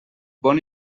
bon